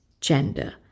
gender